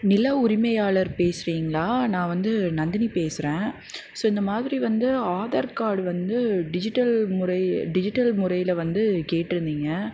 நில உரிமையாளர் பேசுறீங்களா நான் வந்து நந்தினி பேசுகிறேன் ஸோ இந்த மாதிரி வந்து ஆதார் கார்டு வந்து டிஜிட்டல் முறை டிஜிட்டல் முறையில வந்து கேட்டிருந்தீங்க